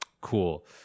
Cool